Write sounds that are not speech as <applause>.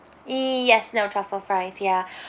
yes no truffle fries ya <breath>